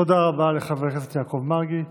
תודה רבה לחבר הכנסת יעקב מרגי.